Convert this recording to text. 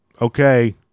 Okay